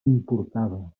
importava